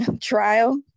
trial